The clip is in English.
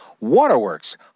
Waterworks